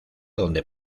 donde